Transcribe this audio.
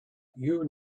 you